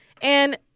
And-